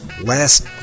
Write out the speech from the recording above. Last